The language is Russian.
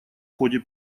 ходе